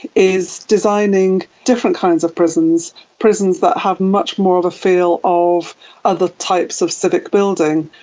is designing different kinds of prisons, prisons that have much more of a feel of other types of civic building.